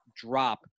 drop